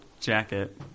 jacket